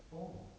oh